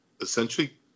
essentially